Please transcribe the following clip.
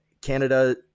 Canada